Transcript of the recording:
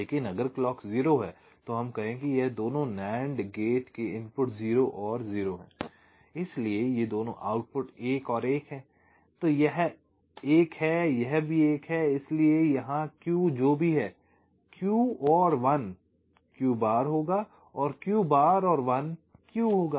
लेकिन अगर क्लॉक 0 है तो हम कहें कि यह दोनों NAND गेट के इनपुट 0 और 0 हैं इसलिए ये दोनों आउटपुट 1 और 1 हैं यह 1 है यह भी 1 है इसलिए यहाँ Q जो भी है Q और 1 Q बार होगा और Q बार और 1 Q होगा